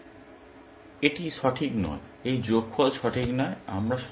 সুতরাং এটি সঠিক নয় এই যোগফল সঠিক নয়